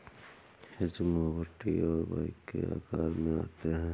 hedge mower T और Y के आकार में आते हैं